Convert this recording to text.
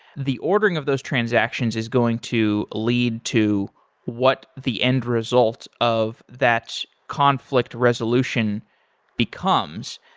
the ordering of those transaction is is going to lead to what the end result of that conflict resolution becomes.